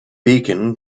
beacon